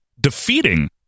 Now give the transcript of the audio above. defeating